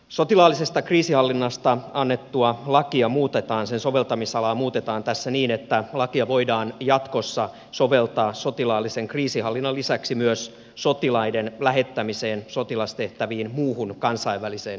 sotilaallisesta kriisinhallinnasta annettua lakia muutetaan sen soveltamisalaa muutetaan tässä niin että lakia voidaan jatkossa soveltaa sotilaallisen kriisinhallinnan lisäksi myös sotilaiden lähettämiseen sotilastehtäviin muuhun kansainväliseen kriisinhallintaan